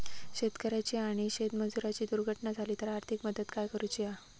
शेतकऱ्याची आणि शेतमजुराची दुर्घटना झाली तर आर्थिक मदत काय करूची हा?